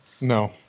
No